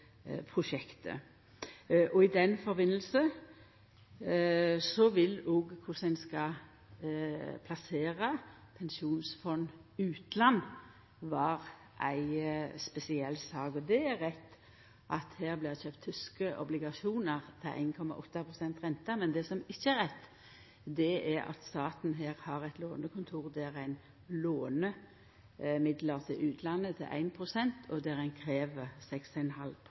prosjektet. I den samanhengen vil òg korleis ein skal plassera Statens pensjonsfond utland, vera ei spesiell sak. Det er rett at det vart kjøpt tyske obligasjonar til 1,8 pst. rente. Men det som ikkje er rett, er at staten har eit lånekontor der ein låner midlar til utlandet til 1 pst., og der ein krev 6,5 pst. når det gjeld f.eks. Tresfjorden. Det er ein